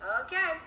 Okay